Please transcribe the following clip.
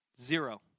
Zero